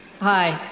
Hi